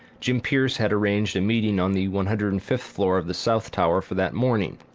jim pierce had arranged a meeting on the one hundred and fifth floor of the south tower for that morning.